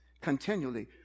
continually